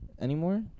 anymore